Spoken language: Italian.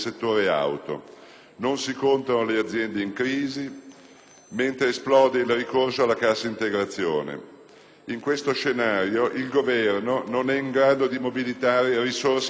Non si contano le aziende in crisi, mentre esplode il ricorso alla cassa integrazione. In questo scenario, il Governo non è in grado di mobilitare risorse adeguate.